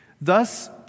Thus